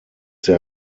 their